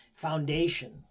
foundation